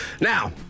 Now